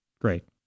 great